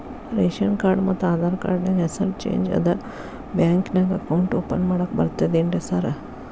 Ration card ಮತ್ತ Aadhaar card ನ್ಯಾಗ ಹೆಸರು ಚೇಂಜ್ ಅದಾ ಬ್ಯಾಂಕಿನ್ಯಾಗ ಅಕೌಂಟ್ ಓಪನ್ ಮಾಡಾಕ ಬರ್ತಾದೇನ್ರಿ ಸಾರ್?